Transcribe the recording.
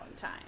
time